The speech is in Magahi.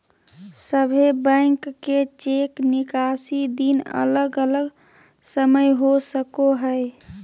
सभे बैंक के चेक निकासी दिन अलग अलग समय हो सको हय